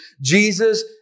Jesus